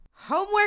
homework